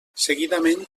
seguidament